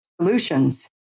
solutions